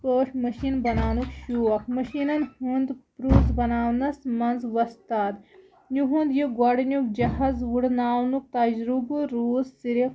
ٲٹۍ مٔشیٖن بَناونُک شوق مٔشیٖنن ہُند پروف بَناونَس منٛز وۄستاد یِہُند یہِ گۄڈٕنیُک جہازٕ وُڈنانُک تجرُبہٕ روٗز صِرف